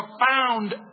profound